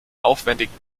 aufwendigen